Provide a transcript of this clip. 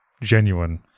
genuine